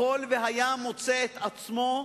יכול והיה מוצא עצמו,